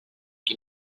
qui